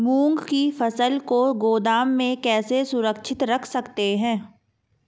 मूंग की फसल को गोदाम में कैसे सुरक्षित रख सकते हैं?